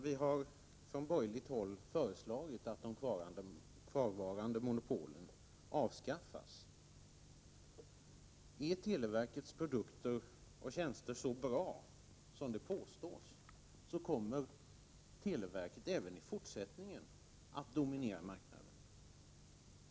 Vi har från borgerligt håll föreslagit att de kvarvarande monopolen avskaffas. Är televerkets produkter och tjänster så bra som det påstås, kommer televerket även i fortsättningen att dominera marknaden.